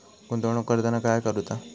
गुंतवणूक करताना काय करुचा?